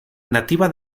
nativa